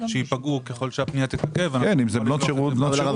שייפגעו ככל שהפנייה תתעכב- -- בסופו